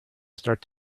start